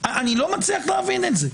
אני לא מצליח להבין את זה?